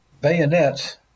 bayonets